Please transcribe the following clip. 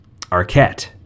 Arquette